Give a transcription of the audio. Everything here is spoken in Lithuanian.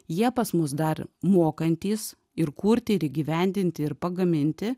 jie pas mus dar mokantys ir kurti ir įgyvendinti ir pagaminti